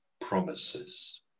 promises